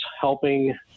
helping